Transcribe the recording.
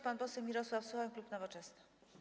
Pan poseł Mirosław Suchoń, klub Nowoczesna.